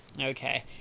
okay